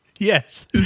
Yes